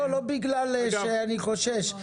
לא בגלל שאני חושש,